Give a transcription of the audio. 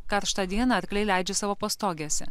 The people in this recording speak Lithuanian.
karštą dieną arkliai leidžia savo pastogėse